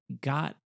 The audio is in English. got